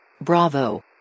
Bravo